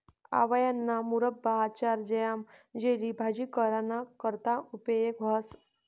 आवयाना मुरब्बा, आचार, ज्याम, जेली, भाजी कराना करता उपेग व्हस